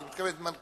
אלא כל מנכ"ל,